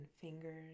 fingers